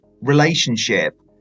relationship